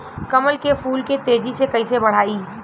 कमल के फूल के तेजी से कइसे बढ़ाई?